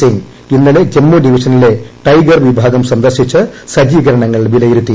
സിംഗ്ഇന്നലെ ജമ്മു ഡിവിഷനിലെ ടൈഗർ വിഭാഗം സന്ദർശിച്ച് സജ്ജീകരണങ്ങൾ വിലയിരുത്തി